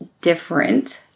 different